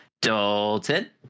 Dalton